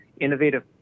innovative